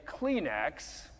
Kleenex